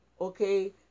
okay